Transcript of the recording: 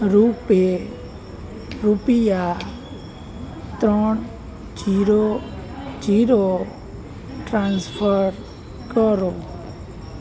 રુપે રુપિયા ત્રણ zero zero transfer કરો